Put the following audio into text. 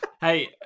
Hey